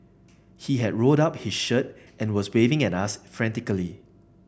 he had rolled up his shirt and was waving at us frantically